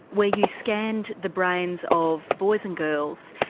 where you scanned the brains of boys and girls,